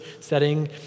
setting